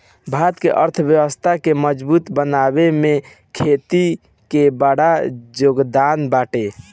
भारत के अर्थव्यवस्था के मजबूत बनावे में खेती के बड़ जोगदान बाटे